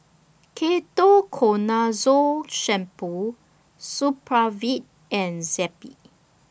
Ketoconazole Shampoo Supravit and Zappy